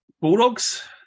Bulldogs